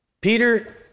Peter